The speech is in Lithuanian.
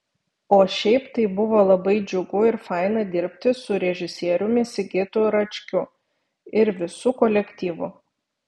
o šiaip tai buvo labai džiugu ir faina dirbti su režisieriumi sigitu račkiu ir visu kolektyvu